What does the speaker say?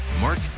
Mark